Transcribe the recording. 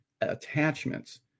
attachments